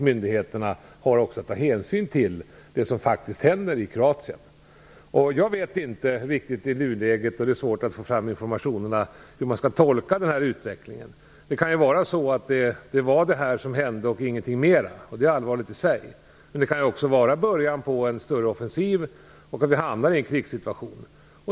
Myndigheterna har också att ta hänsyn till det som faktiskt händer i Kroatien. Jag vet inte riktigt i nuläget - det är svårt att få fram information - hur man skall tolka den här utvecklingen. Det kan ju vara detta som hände och ingenting mera; det är allvarligt i sig. Det här kan också vara början på en större offensiv, och vi kan hamna i en krigssituation.